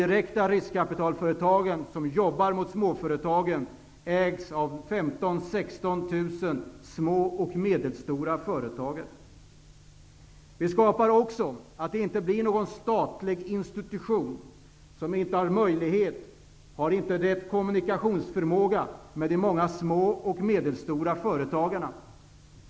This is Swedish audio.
Själva riskkapitalföretagen, som jobbar direkt mot småföretagen, ägs däremot av 15 000-- Vi uppnår också målet att det inte blir någon statlig institution. Sådana har inte rätt förmåga till kommunikation med de många små och medelstora företagen.